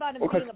Okay